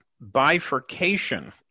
bifurcation